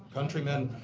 countrymen,